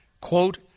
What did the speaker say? quote